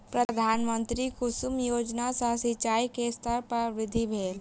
प्रधानमंत्री कुसुम योजना सॅ सिचाई के स्तर में वृद्धि भेल